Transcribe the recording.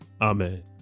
Amen